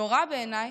נורא בעיניי,